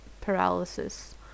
paralysis